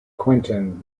quentin